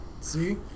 See